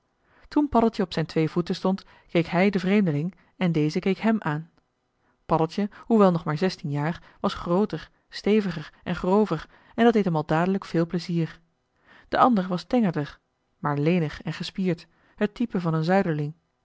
toen paddeltje op zijn twee voeten stond keek hij joh h been paddeltje de scheepsjongen van michiel de ruijter den vreemdeling en deze keek hem aan paddeltje hoewel nog maar zestien jaar was grooter steviger en grover en dat deed hem al dadelijk veel plezier de ander was tengender maar lenig en gespierd het type van een